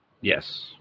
Yes